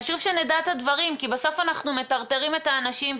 חשוב שנדע את הדברים כי בסוף אנחנו מטרטרים את האנשים.